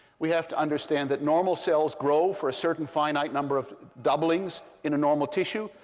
we have to understand that normal cells grow for a certain finite number of doublings in a normal tissue.